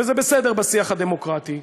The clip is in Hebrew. וזה בסדר בשיח הדמוקרטי,